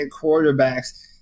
quarterbacks